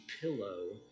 pillow